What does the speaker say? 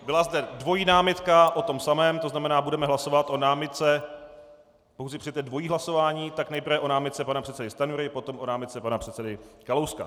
Byla zde dvojí námitka o tom samém, tzn. budeme hlasovat o námitce, protože to je dvojí hlasování, tak nejprve o námitce pana předsedy Stanjury, potom o námitce pana předsedy Kalouska.